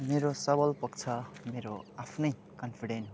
मेरो सबल पक्ष मेरो आफ्नै कन्फिडेन्ट हो